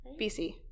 BC